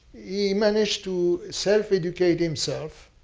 he managed to self educate himself.